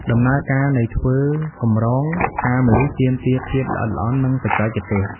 ដំណើរការនៃធ្វើកម្រងផ្កាម្លិះទាមទារភាពល្អិតល្អន់ និងបច្ចេកទេស។